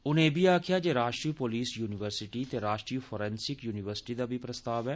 उनें इब्बी आखेआ जे राष्ट्री पुलस युनिवर्सिटी ते राष्ट्री फोरेंसिग युनिवर्सिटी दा बी प्रस्ताव ऐ